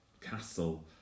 castle